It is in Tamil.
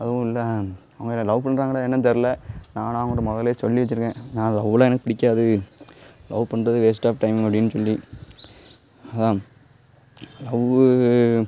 அதுவும் இல்லை அவங்க என்னை லவ் பண்ணுறாங்களா என்னென்னு தெரில நான் ஆனால் அவங்ககிட்ட மொதலேயே சொல்லி வெச்சுருக்கேன் நான் லவ்வெலாம் எனக்கு பிடிக்காது லவ் பண்ணுறது வேஸ்ட் ஆஃப் டைம் அப்படின்னு சொல்லி அதுதான் லவ்வு